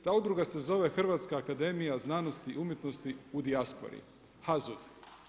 Ta udruga se zove Hrvatska akademija znanosti, umjetnosti u dijaspori, HAZUD.